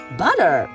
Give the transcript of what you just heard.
butter